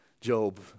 Job